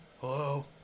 Hello